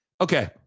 Okay